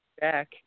back